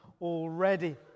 already